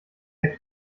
der